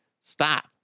Stop